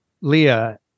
Leah